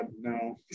no